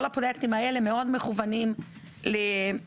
כל הפרויקטים האלה מאוד מכוונים לירוק.